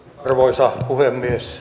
arvoisa puhemies